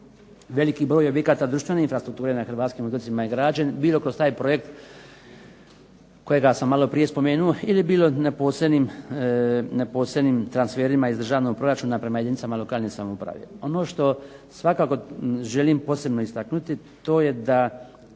Veliki broj objekata društvene infrastrukture na Hrvatskim otocima je građen bilo kroz taj projekt kojega sam malo prije spomenuo ili bilo na posebnim transferima iz državnog proračuna prema jedinicama lokalne samouprave. Ono što svakako želim posebno istaknuti to je da